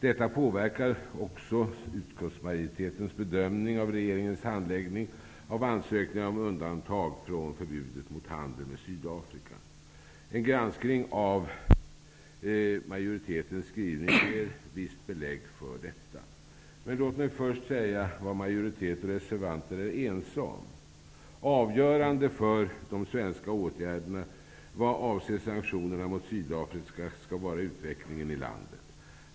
Detta påverkar också utskottsmajoritetens bedömning av regeringens handläggning av ansökningar om undantag från förbudet mot handel med Sydafrika. En granskning av majoritetens skrivning ger visst belägg för detta. Men låt mig först säga vad majoritet och reservanter är ense om. Avgörande för de svenska åtgärderna vad avser sanktionerna mot Sydafrika skall vara utvecklingen i landet.